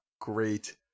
great